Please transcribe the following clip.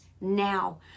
now